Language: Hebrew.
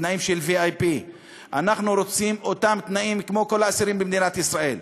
תנאים של VIP. אנחנו רוצים אותם תנאים כמו כל האסירים במדינת ישראל.